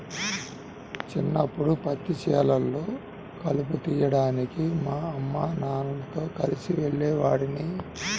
చిన్నప్పడు పత్తి చేలల్లో కలుపు తీయడానికి మా అమ్మానాన్నలతో కలిసి వెళ్ళేవాడిని